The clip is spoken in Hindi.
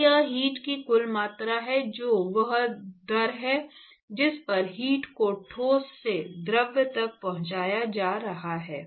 तो वह हीट की कुल मात्रा है जो वह दर है जिस पर हीट को ठोस से द्रव तक पहुँचाया जा रहा है